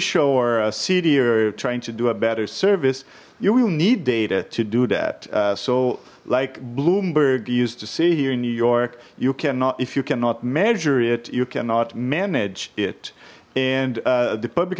l or a cdr trying to do a better service you will need data to do that so like bloomberg used to say here in new york you cannot if you cannot measure it you cannot manage it and the public